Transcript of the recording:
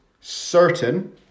certain